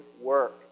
work